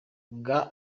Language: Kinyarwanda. bwa